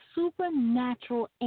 supernatural